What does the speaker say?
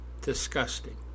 disgusting